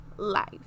life